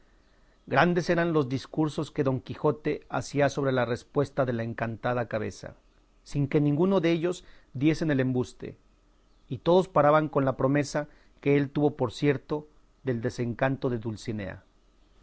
grandes eran los discursos que don quijote hacía sobre la respuesta de la encantada cabeza sin que ninguno dellos diese en el embuste y todos paraban con la promesa que él tuvo por cierto del desencanto de dulcinea